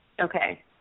Okay